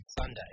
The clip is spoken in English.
Sunday